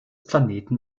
planeten